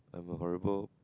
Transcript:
I am a horrible